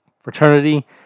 fraternity